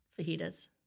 fajitas